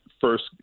first –